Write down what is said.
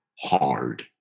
hard